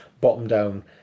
bottom-down